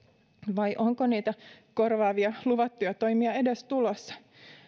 vai onko niitä luvattuja korvaavia toimia edes tulossa